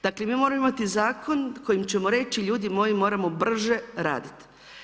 Dakle mi moramo imati zakon kojim ćemo reći, ljudi moji moramo brže raditi.